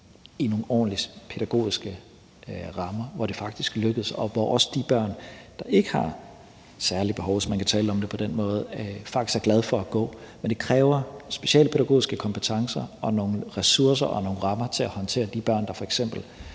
nogle ordentlige pædagogiske rammer, hvor det faktisk lykkes, og hvor også de børn, der ikke har særlige behov, hvis man kan tale om det på den måde, faktisk er glade for at gå. Men det kræver specialpædagogiske kompetencer og nogle ressourcer og nogle rammer til at håndtere de børn, der f.eks.